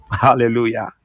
hallelujah